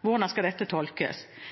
Hvordan skal dette tolkes?